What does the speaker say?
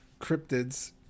cryptids